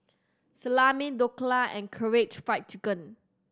Salami Dhokla and Karaage Fried Chicken